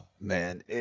Man